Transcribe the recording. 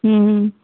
മ് മ്